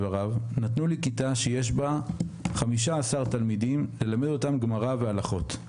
נתנו לי כיתה שיש בה 15 תלמידים כדי ללמד אותם גמרא והלכות.